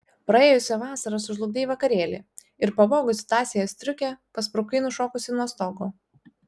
praėjusią vasarą sužlugdei vakarėlį ir pavogusi tąsiąją striukę pasprukai nušokusi nuo stogo